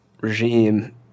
regime